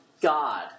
God